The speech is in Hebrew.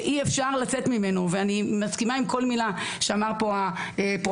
שאי אפשר לצאת ממנו ואני מסכימה עם כל מילה שאמר פה הפרופסור,